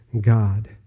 God